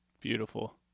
beautiful